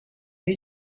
new